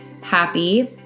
happy